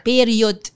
Period